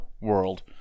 world